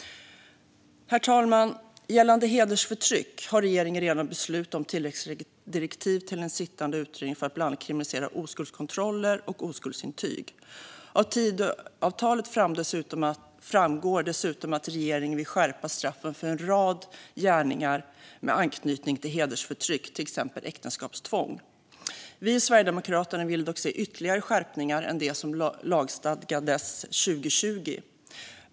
Herr talman! Gällande hedersförtryck har regeringen redan beslutat om tilläggsdirektiv till en sittande utredning för att bland annat kriminalisera oskuldskontroller och oskuldsintyg. Av Tidöavtalet framgår dessutom att regeringen vill skärpa straffen för en rad gärningar med anknytning till hedersförtryck, till exempel äktenskapstvång. Vi i Sverigedemokraterna vill dock se ytterligare skärpningar än de som lagstadgades 2020.